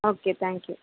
okay thank you